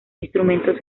instrumentos